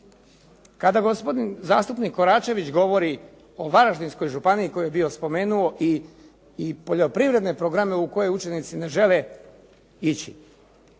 Kada gospodin zastupnik Koračević govori o Varaždinskoj županiji koju je bio spomenuo i poljoprivredne programe u koje učenici ne žele ići.